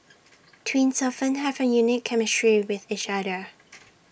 twins often have A unique chemistry with each other